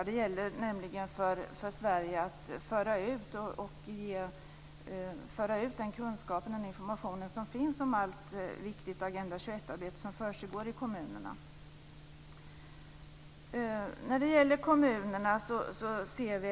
Det gäller nämligen för Sverige att föra ut den kunskap och information som finns om allt viktigt Agenda 21 arbete som försiggår i kommunerna.